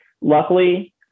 Luckily